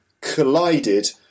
collided